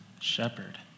shepherd